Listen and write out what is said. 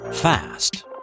fast